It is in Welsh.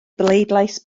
bleidlais